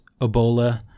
Ebola